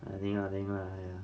ah 赢了赢了 !aiya!